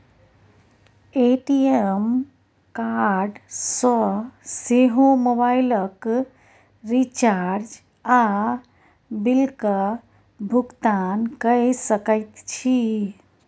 ATM card सँ सेहो मोबाइलक रिचार्ज आ बिलक भुगतान कए सकैत छी